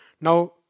Now